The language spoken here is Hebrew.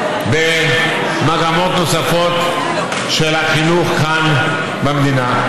במגמות נוספות של החינוך כאן במדינה.